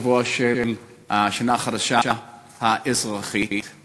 בשבוע של השנה האזרחית החדשה.